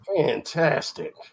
fantastic